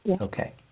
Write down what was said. Okay